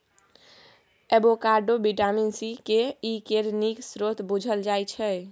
avocado vitamin C, K, E केर नीक स्रोत बुझल जाइ छै